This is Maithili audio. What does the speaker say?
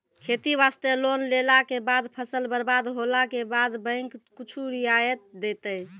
खेती वास्ते लोन लेला के बाद फसल बर्बाद होला के बाद बैंक कुछ रियायत देतै?